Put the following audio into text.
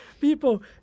People